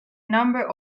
number